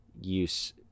use